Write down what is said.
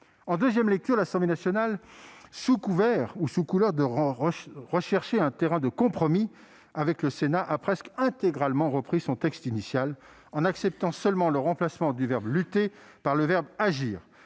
En deuxième lecture, l'Assemblée nationale, sous couleur de rechercher un terrain de compromis avec le Sénat, a presque intégralement rétabli le texte initial, en acceptant seulement le remplacement du verbe « lutter » par le verbe « agir »,